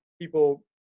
people